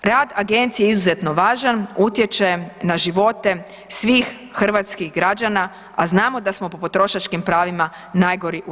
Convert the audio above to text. Rad agencije je izuzetno važan, utječe na živote svih hrvatskih građana, a znamo da smo po potrošačkim pravima najgori u EU.